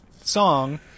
song